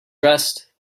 dressed